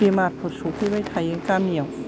बेमारफोर सौफैबाय थायो गामियाव